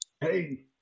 hey